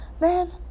man